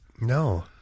No